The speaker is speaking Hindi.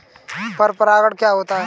पर परागण क्या होता है?